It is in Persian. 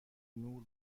نور